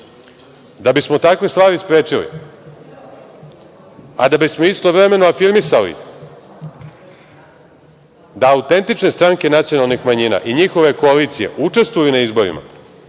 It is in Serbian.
bismo takve stvari sprečili, a da bismo istovremeno afirmisali da autentične stranke nacionalnih manjina i njihove koalicije učestvuju na izborima,